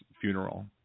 funeral